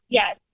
yes